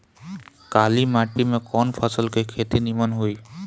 काली माटी में कवन फसल के खेती नीमन होई?